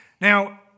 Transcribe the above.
Now